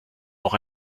auch